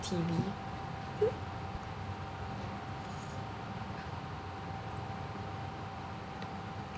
T_V